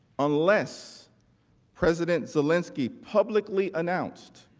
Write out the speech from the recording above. unless president zelensky publicly announced